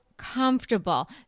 comfortable